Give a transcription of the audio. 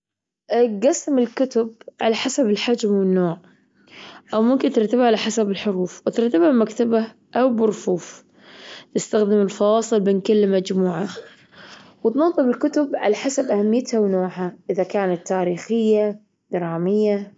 جسم الكتب على حسب الحجم والنوع أو ممكن ترتبها على حسب الحروف وترتبها بمكتبة أو برفوف. استخدم الفواصل بين كل مجموعة. وتنظم الكتب على حسب اهميتها ونوعها إذا كانت تاريخية درامية.